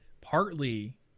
partly